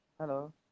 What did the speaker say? Hello